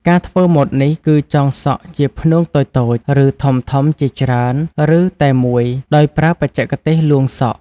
ការធ្វើម៉ូតនេះគឺចងសក់ជាផ្នួងតូចៗ ឬធំៗជាច្រើន ឬតែមួយ ដោយប្រើបច្ចេកទេសលួងសក់។